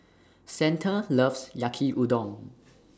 Santa loves Yaki Udon